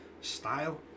style